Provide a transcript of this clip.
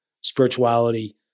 spirituality